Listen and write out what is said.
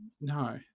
No